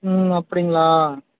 ம் அப்படிங்களா